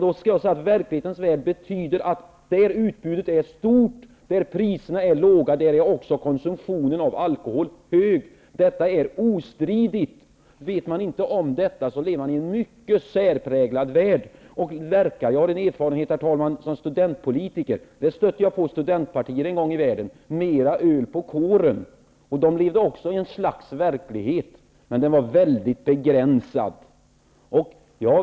Då vill jag säga att i verklighetens värld betyder ett stort utbud och låga priser också att konsumtionen av alkohol är hög. Detta är ostridigt. Vet man inte om detta lever man i en mycket särpräglad värld. Jag har, herr talman, erfarenhet som studentpolitiker. Jag stötte en gång i världen på studentpartier som drev parollen ''Mer öl på kåren''. De levde också i en slags verklighet, men den var mycket begränsad.